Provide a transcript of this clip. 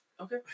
Okay